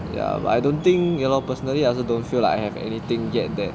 ya but I don't think you know personally I also don't feel like I have anything to get there